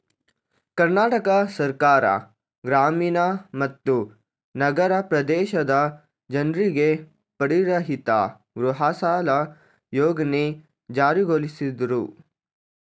ಕರ್ನಾಟಕ ಸರ್ಕಾರ ಗ್ರಾಮೀಣ ಮತ್ತು ನಗರ ಪ್ರದೇಶದ ಜನ್ರಿಗೆ ಬಡ್ಡಿರಹಿತ ಗೃಹಸಾಲ ಯೋಜ್ನೆ ಜಾರಿಗೊಳಿಸಿದ್ರು